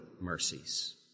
mercies